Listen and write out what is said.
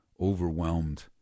overwhelmed